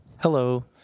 Hello